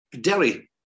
Derry